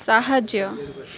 ସାହାଯ୍ୟ